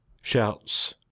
shouts